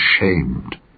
ashamed